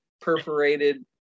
perforated